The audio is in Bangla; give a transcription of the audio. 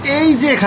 এই যে এখানে